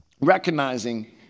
recognizing